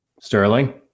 Sterling